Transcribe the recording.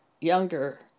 younger